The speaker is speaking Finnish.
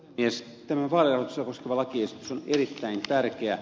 tämä vaalirahoitusta koskeva lakiesitys on erittäin tärkeä